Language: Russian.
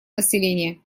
населения